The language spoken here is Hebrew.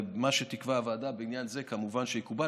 ומה שתקבע הוועדה בעניין זה כמובן שיתקבל.